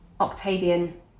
Octavian